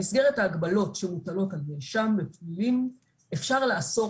במסגרת ההגבלות שמוטלות על נאשם בפלילים אפשר לאסור